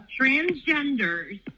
transgenders